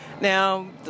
Now